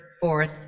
fourth